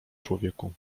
człowieku